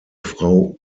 frau